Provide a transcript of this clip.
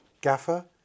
gaffer